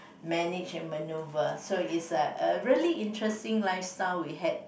manage and manoeuvre so its a a really interesting lifestyle we had